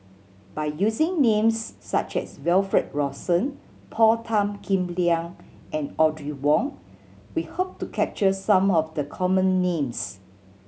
by using names such as Wilfed Lawson Paul Tan Kim Liang and Audrey Wong we hope to capture some of the common names